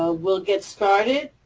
ah we'll get started.